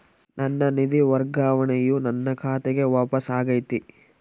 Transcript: ನನ್ನ ನಿಧಿ ವರ್ಗಾವಣೆಯು ನನ್ನ ಖಾತೆಗೆ ವಾಪಸ್ ಆಗೈತಿ